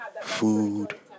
food